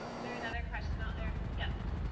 there another question out there? yes?